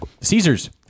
Caesar's